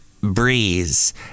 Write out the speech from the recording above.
Breeze